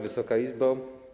Wysoka Izbo!